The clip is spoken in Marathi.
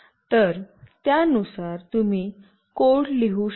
तर त्यानुसार तुम्ही कोड लिहू शकता